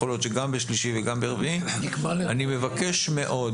יכול להיות שגם ביום שלישי וגם ביום רביעי אני מבקש מאוד